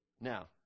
Now